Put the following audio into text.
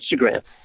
Instagram